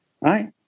right